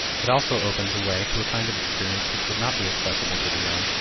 it also opens a way to a kind of experience which would not be accessible to the young,